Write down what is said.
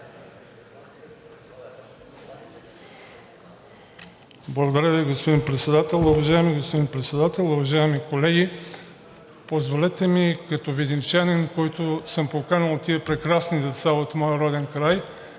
Благодаря Ви, господин Председател. Уважаеми господин Председател, уважаеми колеги! Позволете ми като видинчанин, който съм поканил тези прекрасни деца от моя роден край,